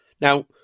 Now